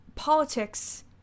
Politics